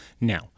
Now